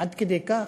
עד כדי כך?